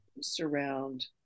Surround